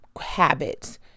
habits